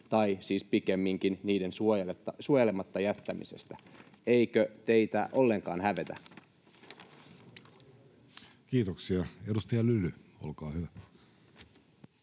tai siis pikemminkin niiden suojelematta jättämisestä. Eikö teitä ollenkaan hävetä? [Speech 98] Speaker: Jussi Halla-aho